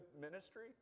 ministry